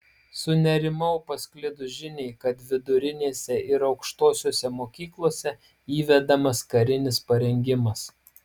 sunerimau pasklidus žiniai kad vidurinėse ir aukštosiose mokyklose įvedamas karinis parengimas